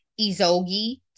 izogi